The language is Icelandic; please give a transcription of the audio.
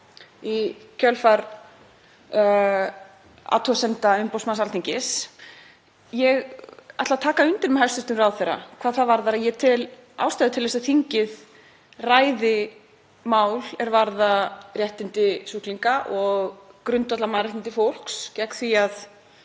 í kjölfar athugasemda umboðsmanns Alþingis. Ég ætla að taka undir með hæstv. ráðherra hvað það varðar að ég tel ástæðu til þess að þingið ræði mál er varða réttindi sjúklinga og grundvallarmannréttindi fólks gegn því að